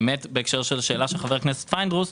בהתאם לשאלת חבר הכנסת פינדרוס,